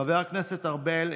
חבר הכנסת ארבל,